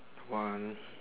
one